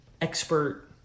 expert